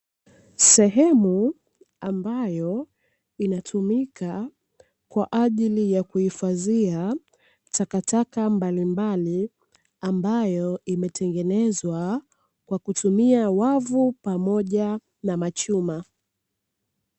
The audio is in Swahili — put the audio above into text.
Sehemu ambayo inatumika kwa ajili ya kuhifadhia takataka mbalimbali, ambayo imetengenezwa kwa kutumia wavu pamoja na machuma.